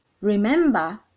Remember